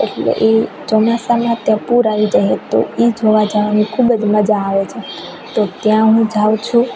એટલે એ ચોમાસામાં ત્યાં પૂર આવી જાય હે તો એ જોવા જાવાની ખૂબ જ મજા આવે છે તો ત્યાં હું જાઉં છું